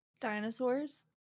dinosaurs